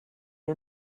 you